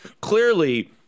clearly